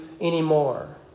anymore